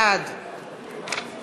בעד